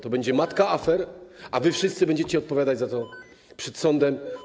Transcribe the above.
To będzie matka afer, a wy wszyscy będziecie odpowiadać za to przed sądem.